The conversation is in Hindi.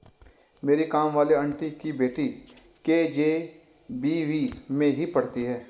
मेरी काम वाली आंटी की बेटी के.जी.बी.वी में ही पढ़ती है